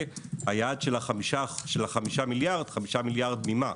והיעד של החמישה מיליארד חמישה מיליארד ממה?